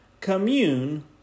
Commune